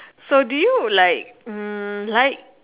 so do you like mm like